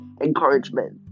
encouragement